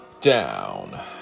down